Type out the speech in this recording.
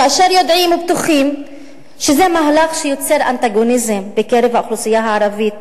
כאשר יודעים ובטוחים שזה מהלך שיוצר אנטגוניזם בקרב האוכלוסייה הערבית,